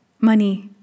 Money